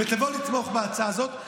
ותבוא לתמוך בהצעה הזאת.